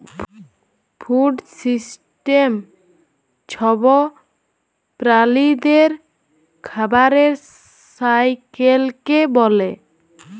food system ছব প্রালিদের খাবারের সাইকেলকে ব্যলে